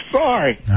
sorry